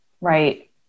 Right